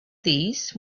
these